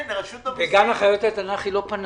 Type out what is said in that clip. גן החיות התנ"כי לא פנה.